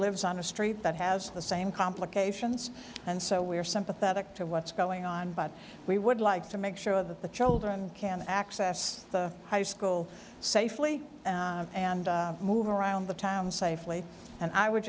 lives on a street that has the same complications and so we are sympathetic to what's going on but we would like to make sure that the children can access the high school safely and move around the town safely and i would